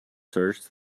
search